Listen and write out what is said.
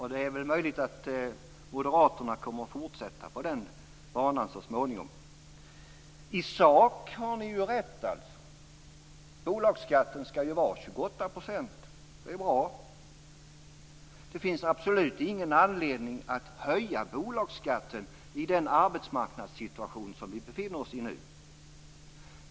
Det är möjligt att Moderaterna kommer att fortsätta på den banan så småningom. I sak har de ju rätt - bolagsskatten skall vara 28 %. Det är bra. Det finns absolut ingen anledning att höja bolagsskatten i den arbetsmarknadssituation som vi befinner oss i nu.